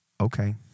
okay